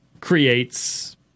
creates